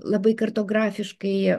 labai kartografiškai